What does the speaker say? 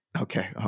Okay